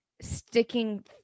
sticking